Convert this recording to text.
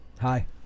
Hi